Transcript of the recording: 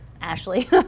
Ashley